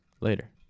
Later